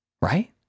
Right